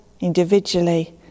individually